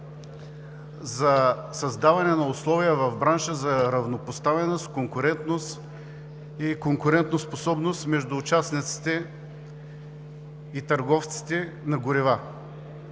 за създаване на условия в бранша за равнопоставеност, конкурентност и конкурентоспособност между участниците и търговците на горива.